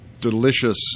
delicious